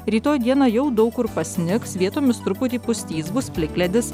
rytoj dieną jau daug kur pasnigs vietomis truputį pustys bus plikledis